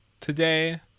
today